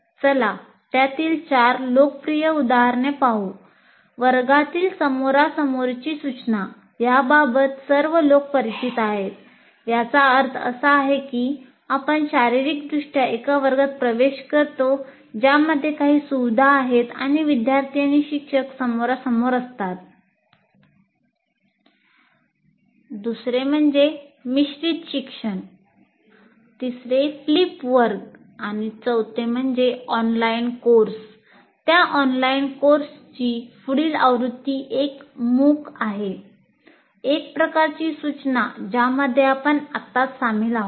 चला त्यातील चार लोकप्रिय उदाहरणे पाहू पुढील आवृत्ती एक MOOC आहे एक प्रकारची सूचना ज्यामध्ये आपण आत्ताच सामील आहोत